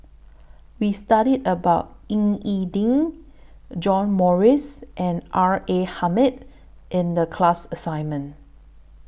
We studied about Ying E Ding John Morrice and R A Hamid in The class assignment